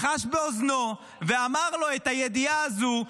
לחש באוזנו ואמר לו את הידיעה הזו,